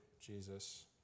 Jesus